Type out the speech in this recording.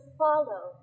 follow